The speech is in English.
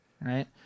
Right